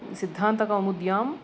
सिद्धान्तकौमुद्याम्